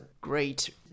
great